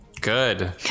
Good